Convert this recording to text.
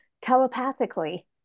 telepathically